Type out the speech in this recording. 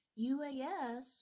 UAS